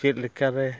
ᱪᱮᱫ ᱞᱮᱠᱟ ᱨᱮ